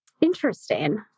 Interesting